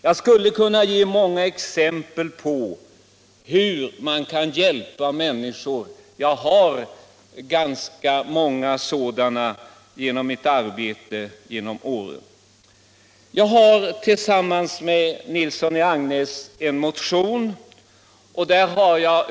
Jag skulle kunna ge många exempel på hur man kan hjälpa människor — jag har ganska många sådana exempel genom mitt arbete under åren. Tillsammans med herr Nilsson i Agnäs har jag väckt en motion.